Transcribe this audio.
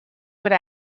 would